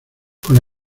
con